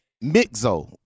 Mixo